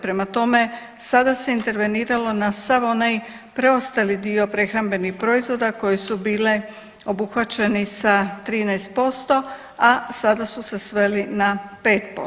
Prema tome, sada se interveniralo na sav onaj preostali dio prehrambenih proizvoda koji su bile obuhvaćeni sa 13%, a sada su se sveli na 5%